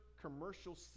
commercial